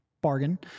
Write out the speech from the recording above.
bargain